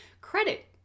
credit